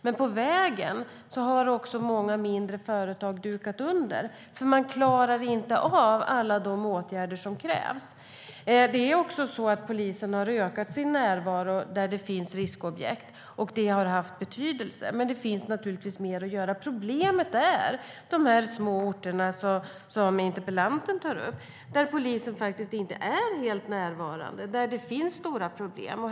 Men på vägen har också många mindre företag dukat under, för de klarar inte av alla de åtgärder som krävs. Polisen har ökat sin närvaro där det finns riskobjekt, och det har haft betydelse. Men det finns naturligtvis mer att göra. Problemet är de små orterna, som interpellanten tar upp, där polisen inte är helt närvarande och där det finns stora problem.